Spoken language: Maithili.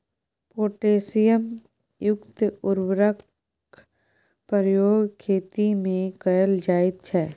पोटैशियम युक्त उर्वरकक प्रयोग खेतीमे कैल जाइत छै